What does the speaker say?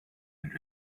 and